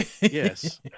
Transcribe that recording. Yes